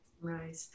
Right